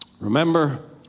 Remember